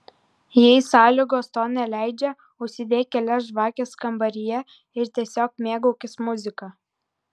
jei sąlygos to neleidžia užsidek kelias žvakes kambaryje ir tiesiog mėgaukis muzika